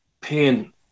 pain